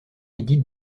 édite